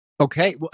Okay